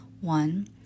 one